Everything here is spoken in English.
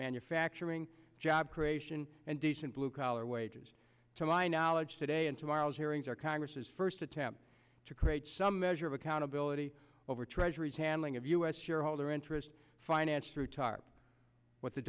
manufacturing job creation and decent blue collar wages to my knowledge today in tomorrow's hearings are congress's first attempt to create some measure of accountability over treasury's handling of u s shareholder interest financed through tarp what the